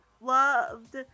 loved